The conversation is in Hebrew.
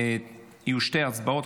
יהיו שתי הצבעות.